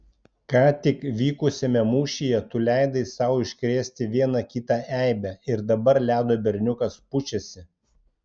ką tik vykusiame mūšyje tu leidai sau iškrėsti vieną kitą eibę ir dabar ledo berniukas pučiasi